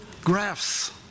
graphs